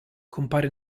compare